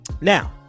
Now